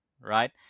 Right